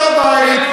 כבשנו את הר-הבית,